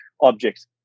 objects